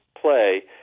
play